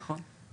נכון.